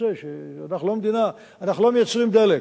אנחנו לא מייצרים דלק,